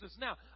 Now